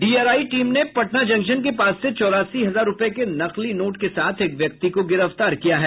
DRI team ने Patna junction के पास से चौरासी हजार रुपये के नकली नोट के साथ एक व्यक्ति को गिरफ्तार किया है